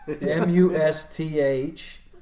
M-U-S-T-H